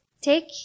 take